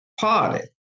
party